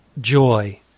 joy